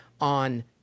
on